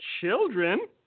children